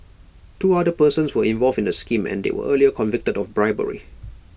two other persons were involved in the scheme and they were earlier convicted of bribery